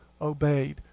obeyed